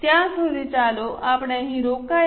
ત્યાં સુધી ચાલો આપણે અહીં રોકાઈએ